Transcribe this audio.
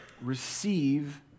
receive